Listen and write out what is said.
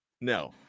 No